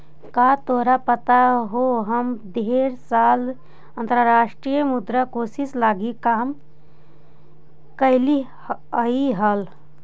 का तोरा पता हो हम ढेर साल अंतर्राष्ट्रीय मुद्रा कोश लागी काम कयलीअई हल